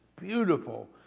beautiful